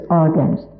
organs